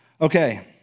Okay